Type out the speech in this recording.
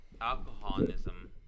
alcoholism